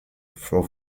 for